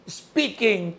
speaking